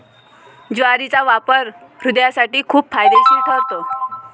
ज्वारीचा वापर हृदयासाठी खूप फायदेशीर ठरतो